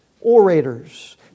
orators